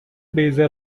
بیضه